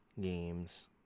games